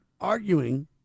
arguing